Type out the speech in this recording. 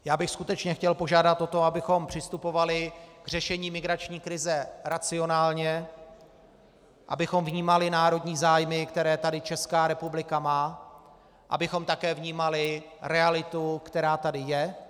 Já bych skutečně chtěl požádat o to, abychom přistupovali k řešení migrační krize racionálně, abychom vnímali národní zájmy, které tady Česká republika má, abychom také vnímali realitu, která tady je.